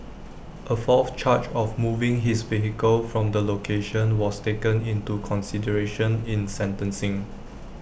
A fourth charge of moving his vehicle from the location was taken into consideration in sentencing